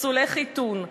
פסולי חיתון,